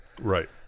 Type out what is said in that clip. Right